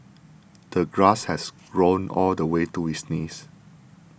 the grass has grown all the way to his knees